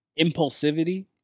impulsivity